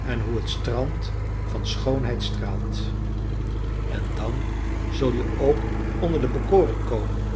en hoe het strand van schoonheid straalt en dan zul je ook onder de bekoring komen